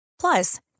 Plus